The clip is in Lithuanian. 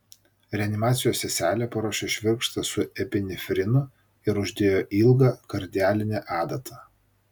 reanimacijos seselė paruošė švirkštą su epinefrinu ir uždėjo ilgą kardialinę adatą